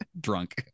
Drunk